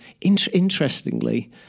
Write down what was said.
interestingly